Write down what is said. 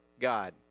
God